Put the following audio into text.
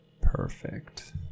Perfect